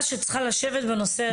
ועדה אצלם שצריכה לשבת בנושא הזה.